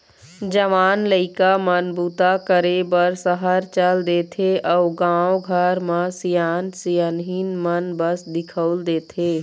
जवान लइका मन बूता करे बर सहर चल देथे अउ गाँव घर म सियान सियनहिन मन बस दिखउल देथे